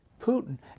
Putin